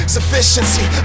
Sufficiency